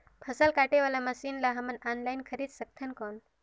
फसल काटे वाला मशीन ला हमन ऑनलाइन खरीद सकथन कौन?